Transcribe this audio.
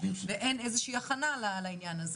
ואין איזושהי הכנה לעניין הזה.